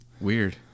Weird